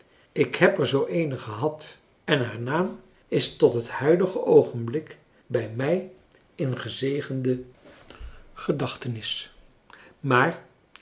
ik heb er zoo eene gehad en haar naam is tot het huidige oogenblik bij mij in gezegende gedachtenis maar